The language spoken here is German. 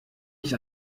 ich